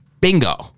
Bingo